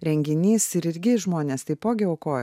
renginys ir irgi žmonės taipogi aukojo